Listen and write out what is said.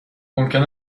ممکن